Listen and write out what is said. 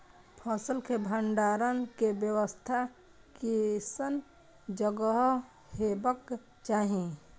फसल के भंडारण के व्यवस्था केसन जगह हेबाक चाही?